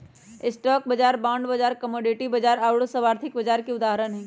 stock बाजार, bond बाजार, commodity बाजार आउर सभ आर्थिक बाजार के उदाहरण हइ